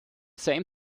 same